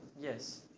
Yes